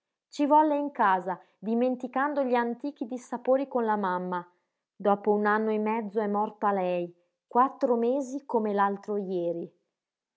ci volle in casa dimenticando gli antichi dissapori con la mamma dopo un anno e mezzo è morta lei quattro mesi come l'altro jeri